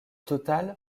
total